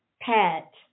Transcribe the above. pet